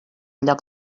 lloc